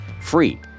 free